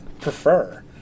prefer